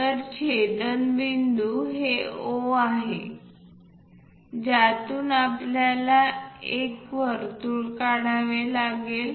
तर छेदनबिंदू हे O आहे ज्यातून आपल्याला एक वर्तुळ तयार करावे लागेल